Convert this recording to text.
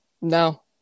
No